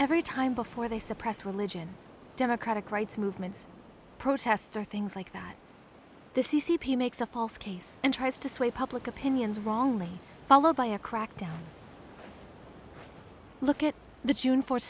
every time before they suppress religion democratic rights movements protests or things like that the c c p makes a false case and tries to sway public opinions wrongly followed by a crackdown look at the june fo